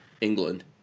England